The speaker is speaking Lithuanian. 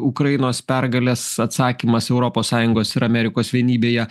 ukrainos pergalės atsakymas europos sąjungos ir amerikos vienybėje